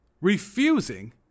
refusing